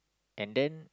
and then